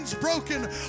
broken